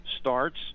starts